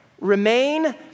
remain